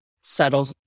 subtle